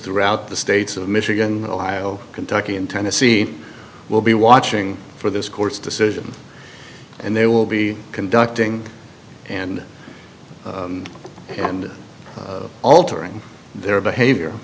throughout the states of michigan ohio kentucky and tennessee will be watching for this court's decision and they will be conducting and and altering their behavior